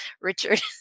Richard